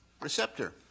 receptor